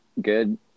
good